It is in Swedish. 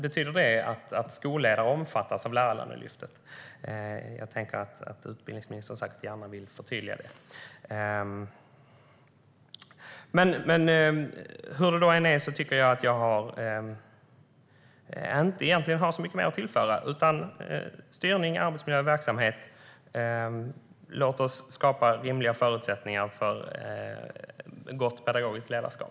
Betyder det att skolledare omfattas av Lärarlönelyftet? Jag tänker mig att utbildningsministern gärna vill förtydliga det. Hur det än är har jag egentligen inte så mycket mer att tillföra. Det handlar om styrning, arbetsmiljö och verksamhet. Låt oss skapa rimliga förutsättningar för gott pedagogiskt ledarskap!